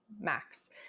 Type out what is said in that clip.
max